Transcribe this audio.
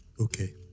Okay